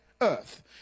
earth